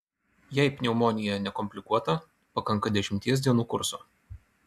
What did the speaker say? jei pneumonija nekomplikuota pakanka dešimties dienų kurso